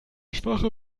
schwache